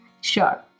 Sure